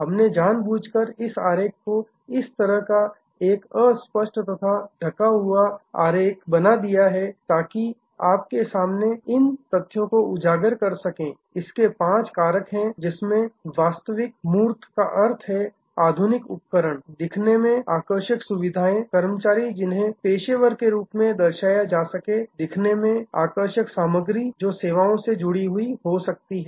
हमने जानबूझकर इस आरेख को इस तरह का एक अस्पष्ट तथा ढका हुवा आरेख फजी ओवरलैपिंग डाइग्राम आरेख बना दिया है ताकि आपके सामने इन तथ्यों को उजागर कर सकें इसके पांच कारक है जिसमें वास्तविक मूर्त टेंजिबल का अर्थ है आधुनिक उपकरण दिखने में आकर्षक सुविधाएं कर्मचारी जिन्हें पेशेवर के रूप मैं दर्शाया जा सके दिखने में आकर्षक सामग्री जो सेवाओं से जुड़ी हुई हो सकती है